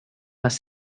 les